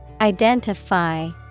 Identify